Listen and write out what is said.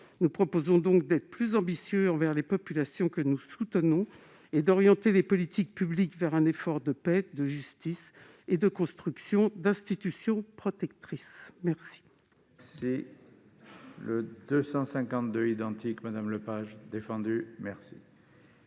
Nous proposons d'être plus ambitieux envers les populations que nous soutenons et d'orienter les politiques publiques vers un effort de paix, de justice et de construction d'institutions protectrices. La parole est à Mme Claudine Lepage, pour